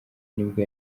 nibwo